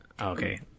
Okay